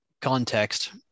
context